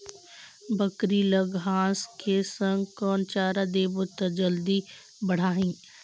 बकरी ल घांस के संग कौन चारा देबो त जल्दी बढाही?